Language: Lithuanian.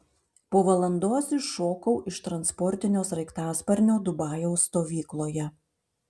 po valandos iššokau iš transportinio sraigtasparnio dubajaus stovykloje